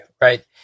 right